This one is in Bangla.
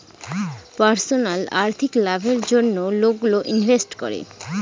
পার্সোনাল আর্থিক লাভের জন্য লোকগুলো ইনভেস্ট করে